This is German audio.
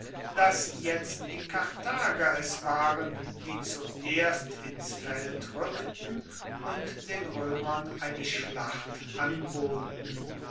dass jetzt die karthager es waren die zuerst ins feld rueckten und den roemern eine schlacht anboten